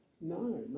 no